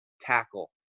tackle